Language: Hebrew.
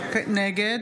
נגד